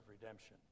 redemption